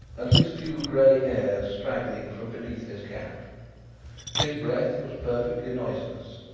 and his few gray hairs straggling from beneath his cap his breath was perfectly noiseless,